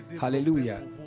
hallelujah